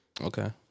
Okay